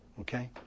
Okay